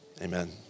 Amen